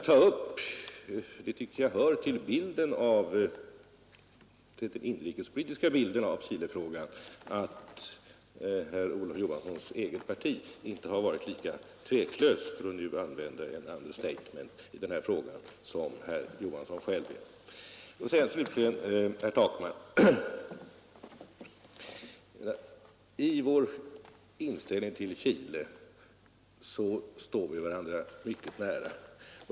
Det hör till den inrikespolitiska bilden av Chilefrågan att herr Johanssons eget parti inte har varit lika tveklöst — för att nu använda ett understatement — som herr Johansson själv är. Slutligen vill jag säga till herr Takman att i vår inställning till Chile står vi varandra mycket nära.